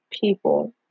people